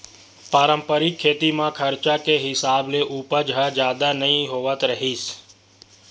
पारंपरिक खेती म खरचा के हिसाब ले उपज ह जादा नइ होवत रिहिस